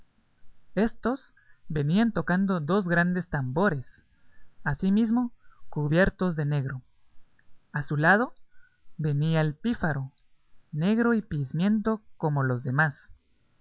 éstos venían tocando dos grandes tambores asimismo cubiertos de negro a su lado venía el pífaro negro y pizmiento como los demás